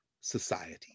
society